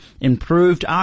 improved